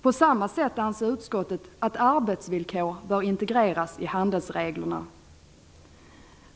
På samma sätt anser utskottet att arbetsvillkor bör integreras i handelsreglerna.